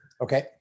Okay